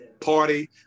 Party